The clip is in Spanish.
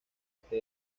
este